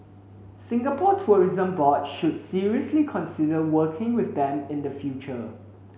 Singapore Tourism Board should seriously consider working with them in future